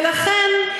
ולכן,